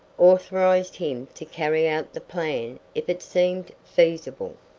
authorized him to carry out the plan if it seemed feasible.